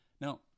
Now